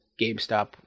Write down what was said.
GameStop